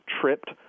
tripped